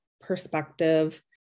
perspective